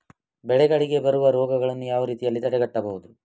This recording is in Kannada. ಬೆಳೆಗಳಿಗೆ ಬರುವ ರೋಗಗಳನ್ನು ಯಾವ ರೀತಿಯಲ್ಲಿ ತಡೆಗಟ್ಟಬಹುದು?